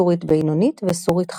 סורית בינונית וסורית חדשה,